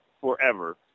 forever